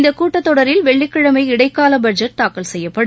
இந்தக் கூட்டத்தொடரில் வெள்ளிக்கிழமை இடைக்கால பட்ஜெட் தாக்கல் செய்யப்படும்